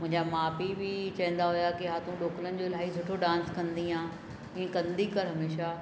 मुंहिंजा माउ पीउ बि चवंदा हुआ की हा तू ढोकलनि जो इलाही सुठो डांस कंदी आहे ईअं कंदी कर हमेशह